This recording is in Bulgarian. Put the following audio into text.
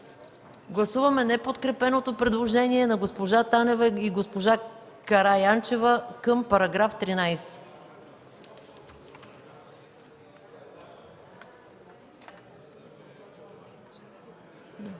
Гласуваме неподкрепеното предложение на госпожа Танева и госпожа Караянчева към § 13.